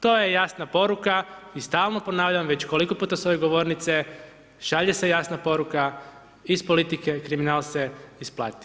To je jasna poruka i stalno ponavljam već koliko puta s ove govornice, šalje se jasna poruka iz politike, kriminal se isplati.